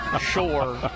sure